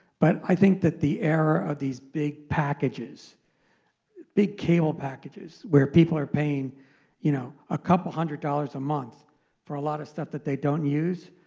but i think that the era of these big packages big cable packages where people are paying you know a couple hundred dollars a month for a lot of stuff that they don't use,